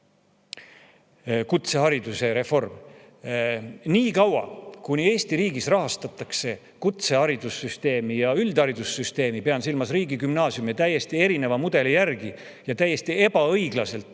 kutsehariduse reform, kuid nii kaua, kuni Eesti riigis rahastatakse kutseharidussüsteemi ja üldharidussüsteemi, pean silmas riigigümnaasiume, täiesti erineva mudeli järgi ja täiesti ebaõiglaselt